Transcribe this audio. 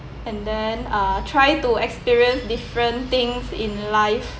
and then uh try to experience different things in life